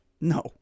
No